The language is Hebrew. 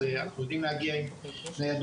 אז אנחנו יודעים להגיע עם ניידות.